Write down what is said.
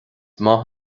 maith